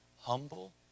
Humble